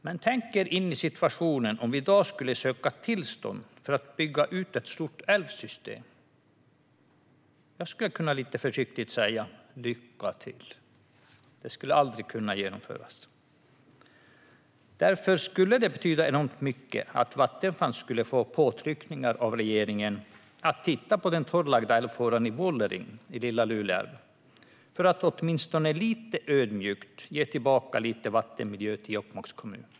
Men tänk er in i situationen att vi i dag skulle söka tillstånd för att bygga ut ett stort älvsystem, Jag skulle lite försiktigt kunna säga: Lycka till! Det skulle aldrig kunna genomföras. Därför skulle det betyda enormt mycket om Vattenfall skulle få påtryckningar av regeringen att titta på den torrlagda älvfåran i Lilla Lule älv i Vuollerim för att åtminstone lite ödmjukt ge tillbaka lite vattenmiljö till Jokkmokks kommun.